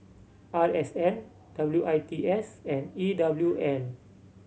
R S N W I T S and E W L